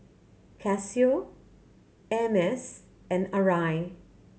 Casio Hermes and Arai